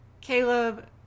caleb